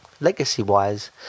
Legacy-wise